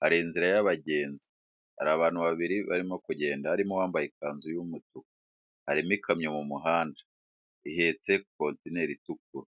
hari inzira y'abagenzi, hari abantu babiri barimo kugenda harimo uwambaye ikanzu y'umutuku. Harimo ikamyo mu muhanda ihetse Kontinere itukura.